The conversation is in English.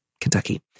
Kentucky